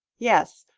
yes,